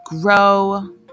grow